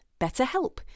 BetterHelp